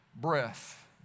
Breath